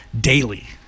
daily